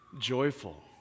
joyful